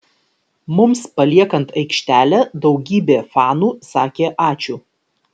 mums paliekant aikštelę daugybė fanų sakė ačiū